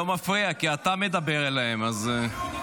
אני לא מפריע, כי אתה מדבר אליהם, אז,